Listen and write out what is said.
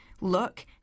look